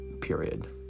Period